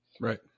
Right